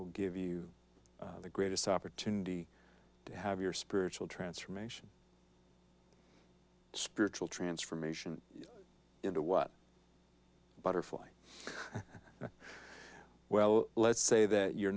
will give you the greatest opportunity to have your spiritual transformation spiritual transformation into what butterfly well let's say that you're